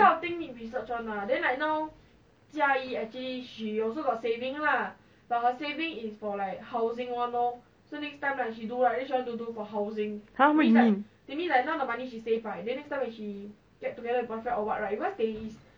the normal one also will roll [what] no meh ya but then